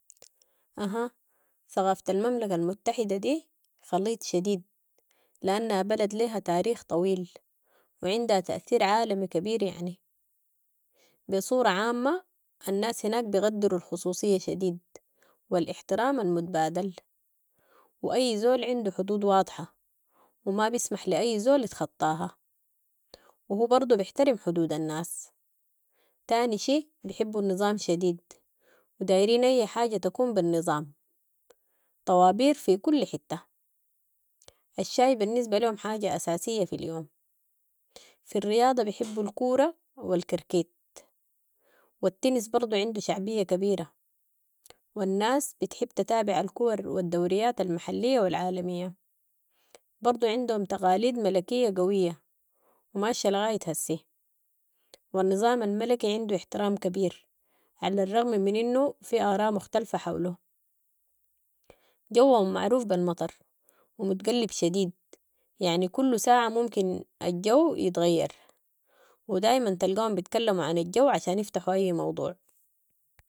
أها ثقافة المملكة المتحدة دي خليط شديد لأنها بلد ليها تاريخ طويل وعندها تأثير عالمي كبير يعني، بصورة عامة الناس هناك بيقدروا الخصوصية شديد والاحترام المتبادل واي زول عندو حدود واضحة ومابسمح لاي زول يتخطاها وهو برضو بحترم حدود الناس. تاني شي بحبو النظام شديد ودايرين أي حاجة تكون بالنظام طوابير في كل حتة ، الشاي بالنسبة ليهم حاجة أساسية في اليوم. في الرياضة بحبوا الكورة والكركيت والتنس برضو عندو شعبية كبيرة والناس بتحب تتابع الكور والدوريات المحلية والعالمية، برضو عندهم تقاليد ملكية قوية وماشة لغاية هسي والنظام الملكي عندو احترام كبير علي الرغم من انو في آراء مختلفة حولو. جوهم معروف بالمطر ومتقلب شديد يعني كل ساعة ممكن الجو يتغير ودايماً تلقاهم بتكلموا عن الجو عشان يفتحوا اي موضوع.